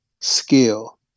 skill